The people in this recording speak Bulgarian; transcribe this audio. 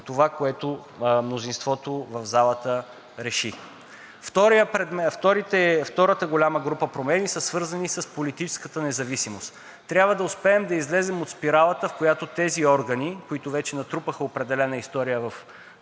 това, което мнозинството в залата реши. Втората голяма група промени е свързана с политическата независимост. Трябва да успеем да излезем от спиралата, в която тези органи, които вече натрупаха определена история в